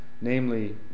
Namely